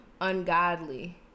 ungodly